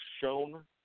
shown